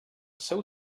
seu